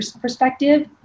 perspective